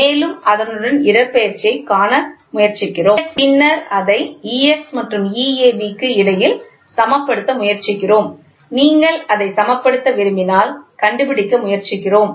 மேலும் அதனுடன் இடப்பெயர்ச்சியைக் காண முயற்சிக்கிறோம் பின்னர் அதை EX மற்றும் Eab க்கு இடையில் சமப்படுத்த முயற்சிக்கிறோம் நீங்கள் அதை சமப்படுத்த விரும்பினால் கண்டுபிடிக்க முயற்சிக்கிறோம்